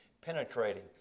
penetrating